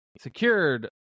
secured